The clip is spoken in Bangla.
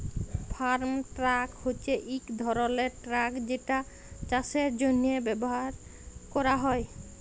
ফার্ম ট্রাক হছে ইক ধরলের ট্রাক যেটা চাষের জ্যনহে ব্যাভার ক্যরা হ্যয়